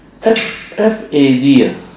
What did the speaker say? F F A D ah